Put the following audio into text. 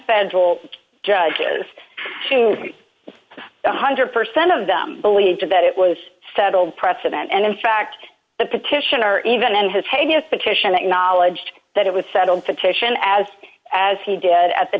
federal judges to be one hundred percent of them believed that it was settled precedent and in fact the petitioner even in his heinous petition acknowledged that it was settled petition as as he did at the